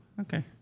Okay